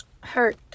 hurt